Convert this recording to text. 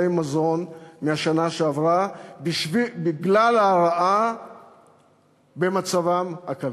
מזון מבשנה שעברה בגלל הרעה במצבם הכלכלי.